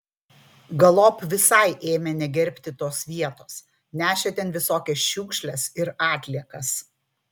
galop visai ėmė negerbti tos vietos nešė ten visokias šiukšles ir atliekas